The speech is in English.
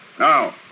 Now